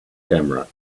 camera